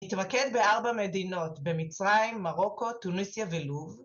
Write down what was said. ‫התמקד בארבע מדינות, ‫במצרים, מרוקו, טוניסיה ולוב.